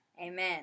Amen